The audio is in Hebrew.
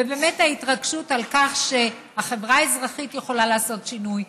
ובאמת ההתרגשות על כך שהחברה האזרחית יכולה לעשות שינוי,